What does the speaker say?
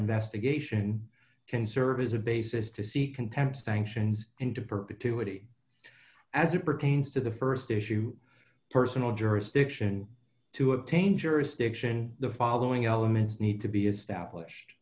investigation can serve as a basis to seek contempt sanctions into perpetuity as it pertains to the st issue personal jurisdiction to obtain jurisdiction the following elements need to be established